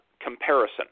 comparison